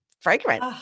fragrant